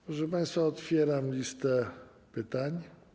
Proszę państwa, otwieram listę pytań.